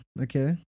Okay